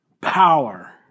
power